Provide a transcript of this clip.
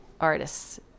artists